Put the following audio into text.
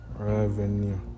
revenue